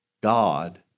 God